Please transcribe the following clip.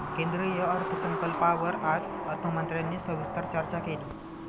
केंद्रीय अर्थसंकल्पावर आज अर्थमंत्र्यांनी सविस्तर चर्चा केली